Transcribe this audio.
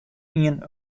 ien